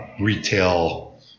retail